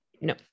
No